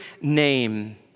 name